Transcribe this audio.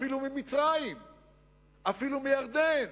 אפילו ממצרים ואפילו מירדן,